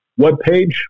webpage